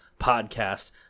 podcast